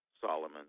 Solomon